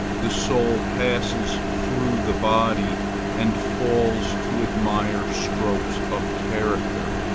the soul passes through the body and falls to admire strokes of character,